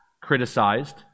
criticized